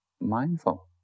mindful